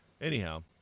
anyhow